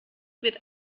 wird